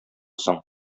соң